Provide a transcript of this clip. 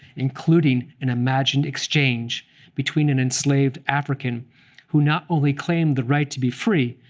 including an imagined exchange between an enslaved african who not only claimed the right to be free,